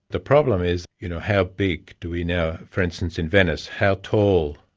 the problem is you know how big do we now for instance in venice how tall?